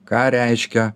ką reiškia